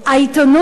העיתונות,